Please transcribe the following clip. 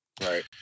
Right